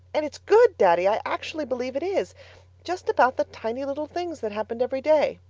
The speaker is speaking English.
and it's good, daddy, i actually believe it is just about the tiny little things that happened every day.